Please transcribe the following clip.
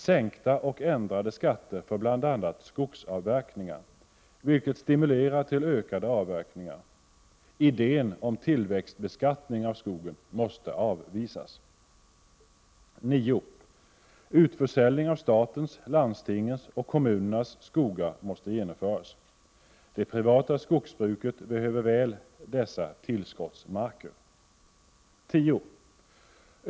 Sänkta och ändrade skatter för bl.a. skogsavverkningar, vilket stimulerar till ökade avverkningar. Idén om tillväxtbeskattning av skogen måste avvisas. 9. Utförsäljning av statens, landstingens och kommunernas skogar måste genomföras. Det privata skogsbruket behöver väl dessa tillskottsmarker. 10.